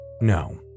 No